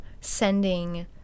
sending